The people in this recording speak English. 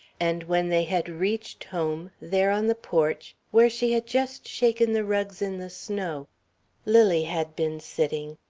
and when they had reached home, there on the porch where she had just shaken the rugs in the snow lily had been sitting,